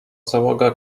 załoga